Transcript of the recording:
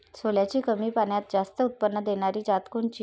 सोल्याची कमी पान्यात जास्त उत्पन्न देनारी जात कोनची?